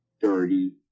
dirty